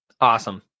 awesome